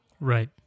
Right